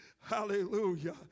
Hallelujah